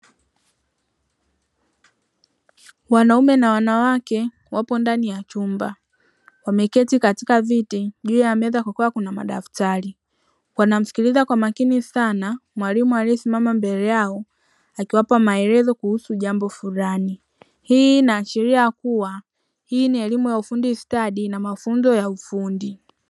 Wanaume na wanawake wapo ndani ya chumba wameketi katika viti juu ya meza kukiwa kuna madaftari wanamsikiliza kwa makini sana mwalimu aliesimama mbele yao, akiwapa maelezo kuhusu jambo fulani hii inaashiria kuwa hii ni elimu ya ufundi stadi na mafunzo ya ufundi.